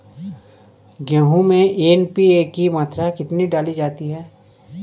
गेहूँ में एन.पी.के की मात्रा कितनी डाली जाती है?